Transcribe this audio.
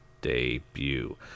debut